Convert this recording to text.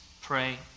pray